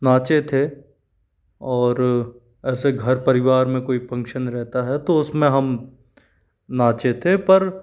नाचे थे और ऐसे घर परिवार में कोई फ़ंक्शन रहता है तो उसमें हम नाचे थे पर